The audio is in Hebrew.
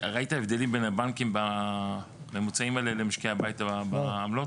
ראית הבדלים בין הבנקים בממוצעים האלה למשקי בית בעמלות?